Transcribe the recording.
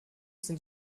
sind